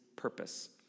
Purpose